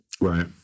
Right